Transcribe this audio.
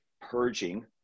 purging